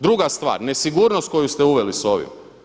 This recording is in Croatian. Druga stvar, nesigurnost koju ste uveli sa ovim.